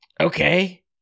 Okay